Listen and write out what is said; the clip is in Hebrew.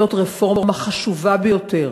זאת רפורמה חשובה ביותר